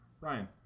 Ryan